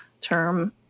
term